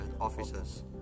officers